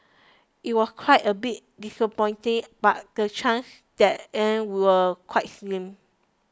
it was quite a bit disappointing but the chances that an were quite slim